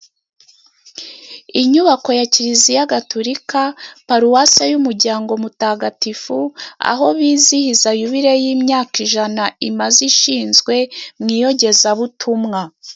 Inyubako ya kiriziya gaturika paruwase y'umujyango mutagatifu, aho bizihiza yubire y'imyaka ijana imaze ishinzwe mu iyogezabutumwa.